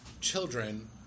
children